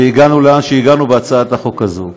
והגענו לאן שהגענו בהצעת החוק הזאת.